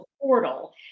portal